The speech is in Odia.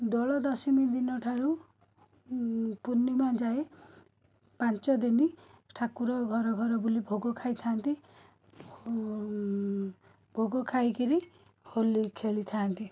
ଦୋଳ ଦଶମୀ ଦିନ ଠାରୁ ପୂର୍ଣ୍ଣିମା ଯାଏଁ ପାଞ୍ଚଦିନି ଠାକୁର ଘରଘର ବୁଲି ଭୋଗ ଖାଇଥାନ୍ତି ଭୋଗ ଖାଇକିରି ହୋଲି ଖେଳିଥାନ୍ତି